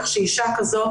כך שאישה כזאת,